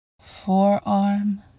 forearm